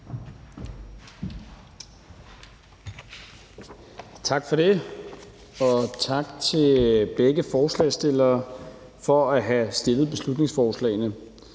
Tak for det, og tak til begge forslagsstillere for at have fremsat beslutningsforslagene.